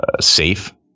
safe